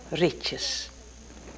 riches